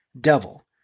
Devil